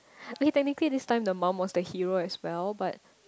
okay technically this time the mum was the hero as well but